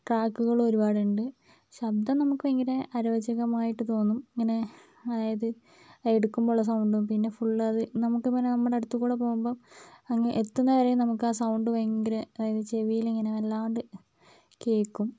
ട്രാക്കുകൾ ഒരുപാടുണ്ട് ശബ്ദം നമുക്ക് ഭയങ്കരെ അരോചകമായിട്ട് തോന്നും ഇങ്ങനെ അതായത് ആ എടുക്കുമ്പോഴുള്ള സൗണ്ടും പിന്നെ ഫുള്ള് അത് നമുക്ക് പിന്നെ നമ്മുടെ അടുത്തുകൂടെ പോകുമ്പോൾ അങ്ങ് എത്തുന്നത് വരെയും നമുക്കാ സൗണ്ട് ഭയങ്കര അതായത് ചെവിയിൽ ഇങ്ങനെ വല്ലാണ്ട് കേൾക്കും